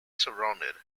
surrounded